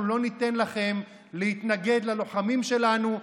אנחנו לא ניתן לכם להתנגד ללוחמים שלנו,